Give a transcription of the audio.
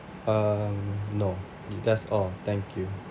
um no that's all thank you